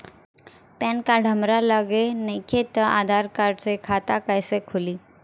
Pan card हमरा लगे नईखे त आधार कार्ड से खाता कैसे खुली?